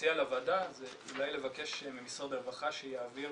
מציע לוועדה זה אולי לבקש ממשרד הרווחה שיעביר